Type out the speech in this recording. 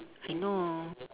I know